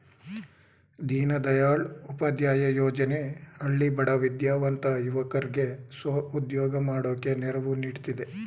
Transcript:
ದೀನದಯಾಳ್ ಉಪಾಧ್ಯಾಯ ಯೋಜನೆ ಹಳ್ಳಿ ಬಡ ವಿದ್ಯಾವಂತ ಯುವಕರ್ಗೆ ಸ್ವ ಉದ್ಯೋಗ ಮಾಡೋಕೆ ನೆರವು ನೀಡ್ತಿದೆ